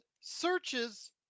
searches